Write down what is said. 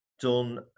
done